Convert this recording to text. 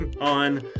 on